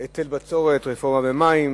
היטל בצורת, רפורמה במים,